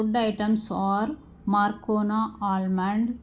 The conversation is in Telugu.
food items are Marcona almond